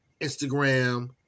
Instagram